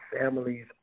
families